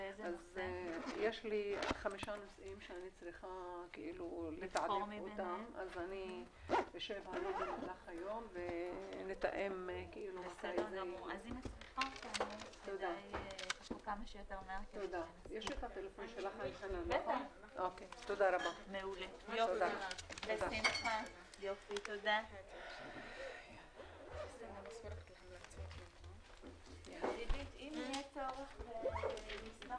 11:40.